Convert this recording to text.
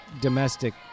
domestic